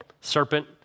Serpent